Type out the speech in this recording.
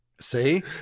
See